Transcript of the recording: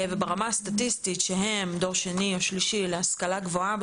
ברמה הסטטיסטית שהם הדור השני או השלישי להשכלה גבוהה,